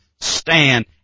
stand